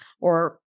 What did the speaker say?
or-